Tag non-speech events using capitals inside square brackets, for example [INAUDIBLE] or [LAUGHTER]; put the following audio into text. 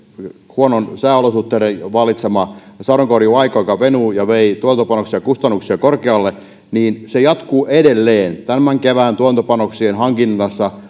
huonojen sääolosuhteiden vallitsema sadonkorjuuaika joka venyi ja vei tuotantopanoksia ja kustannuksia korkealle jatkuu edelleen tämän kevään tuotantopanoksien hankinnassa [UNINTELLIGIBLE]